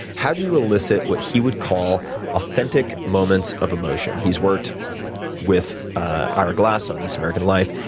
how do you elicit what he would call authentic moments of emotion? he's worked with ira glass on this american life,